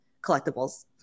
collectibles